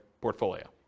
portfolio